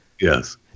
yes